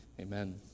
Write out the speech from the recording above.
Amen